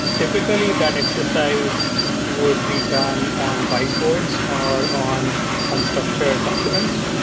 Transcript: typically, that exercise would be done on whiteboards or on on structured documents.